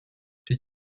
did